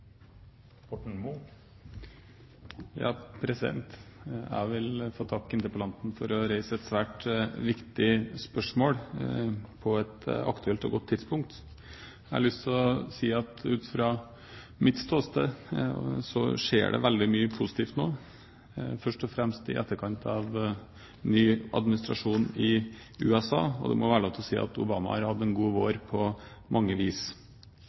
Jeg vil få takke interpellanten for å reise et svært viktig spørsmål på et aktuelt og godt tidspunkt. Jeg har lyst til å si at ut fra mitt ståsted skjer det veldig mye positivt nå, først og fremst i etterkant av en ny administrasjon i USA. Det må være lov til å si at Obama har hatt en god vår på mange vis.